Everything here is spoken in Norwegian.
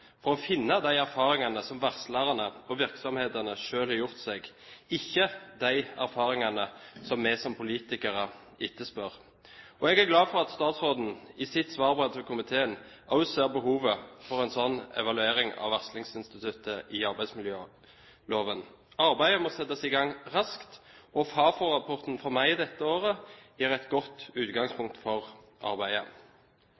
å finne de erfaringene som varslerne og virksomhetene selv har gjort seg, ikke de erfaringene som vi som politikere etterspør. Jeg er glad for at statsråden i sitt svarbrev til komiteen også ser behovet for en slik evaluering av varslingsinstituttet i arbeidsmiljøloven. Arbeidet må settes i gang raskt, og Fafo-rapporten fra mai dette året gir et godt